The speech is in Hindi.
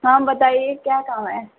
हाँ बताइए क्या काम है